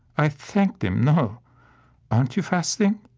i thanked him, no aren't you fasting?